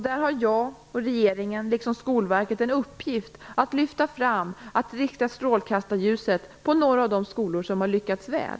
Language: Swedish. Där har jag och regeringen liksom Skolverket en uppgift att rikta strålkastarljuset på några av de skolor som har lyckats väl.